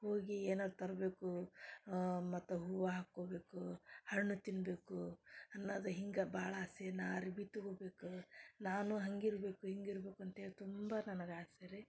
ಹೋಗಿ ಏನಾರೂ ತರಬೇಕು ಮತ್ತು ಹೂವು ಹಾಕ್ಕೋಬೇಕು ಹಣ್ಣು ತಿನ್ನಬೇಕು ಅನ್ನೋದ ಹಿಂಗೆ ಭಾಳ ಆಸೆ ನಾ ಅರ್ವಿ ತಗೊಬೇಕು ನಾನು ಹಂಗೆ ಇರ್ಬೇಕು ಹಿಂಗೆ ಇರ್ಬೇಕು ಅಂತೇಳಿ ತುಂಬ ನನಗೆ ಆಸೆ ರೀ